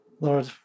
Lord